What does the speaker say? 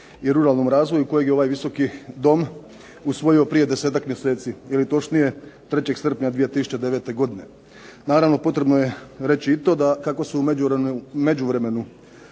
i ruralnom razvoju kojeg je ovaj Visoki dom usvojio prije 10-ak mjeseci ili točnije 3. srpnja 2009. godine. Naravno potrebno je reći i to da kako su u međuvremenu,